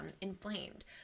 inflamed